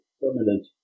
permanent